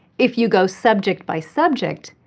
if you go subject by subject,